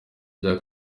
rya